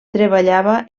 treballava